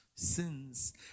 sins